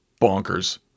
bonkers